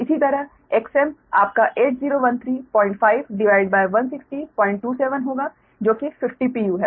इसी तरह Xm आपका 8013516027 होगा जो कि 50 pu है